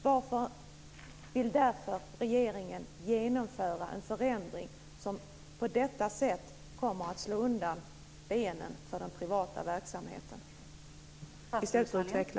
Varför vill därför regeringen genomföra en förändring som på detta sätt kommer att slå undan benen för den privata verksamheten i stället för att utveckla den?